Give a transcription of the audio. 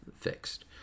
fixed